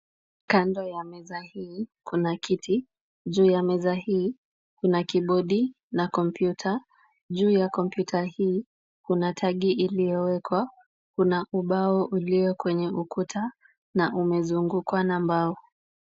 Kando ya meza hii kuna kiti. Juu ya meza hii kuna kibodi na kompyuta. Juu ya kompyuta hii, kuna tagi iliyowekwa. Kuna ubao ulio kwenye ukuta na umezungukwa na mbao.